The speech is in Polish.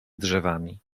drzewami